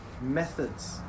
methods